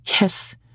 Yes